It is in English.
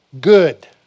good